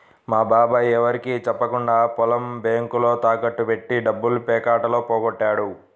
మా బాబాయ్ ఎవరికీ చెప్పకుండా పొలం బ్యేంకులో తాకట్టు బెట్టి డబ్బుల్ని పేకాటలో పోగొట్టాడు